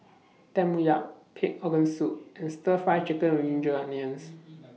Tempoyak Pig'S Organ Soup and Stir Fry Chicken with Ginger Onions